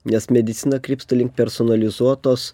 nes medicina krypsta link personalizuotos